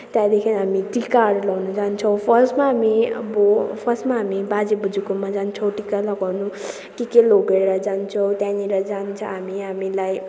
त्यहाँदेखि हामी टिकाहरू लगाउनु जान्छौँ फर्स्टमा हामी अब फर्स्टमा हामी अब बाजेबोजुकोमा जान्छौँ टिका लगाउनु के के लिएर जान्छौँ त्यहाँनिर जान्छौँ हामी हामीलाई